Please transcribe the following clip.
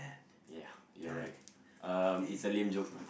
ya you are right um it's a lame joke